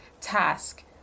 task